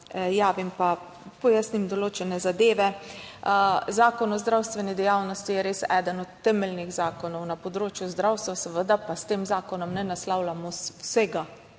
javim pa pojasnim določene zadeve. Zakon o zdravstveni dejavnosti je res eden od temeljnih zakonov na področju zdravstva, seveda pa s tem zakonom ne naslavljamo vsega.